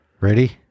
Ready